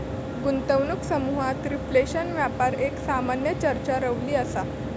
गुंतवणूक समुहात रिफ्लेशन व्यापार एक सामान्य चर्चा रवली असा